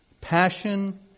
passion